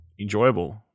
enjoyable